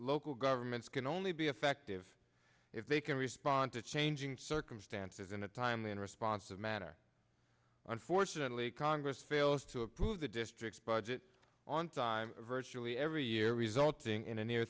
local governments can only be effective if they can respond to changing circumstances in a timely and responsive manner unfortunately congress fails to approve the district's budget on time virtually every year resulting in a near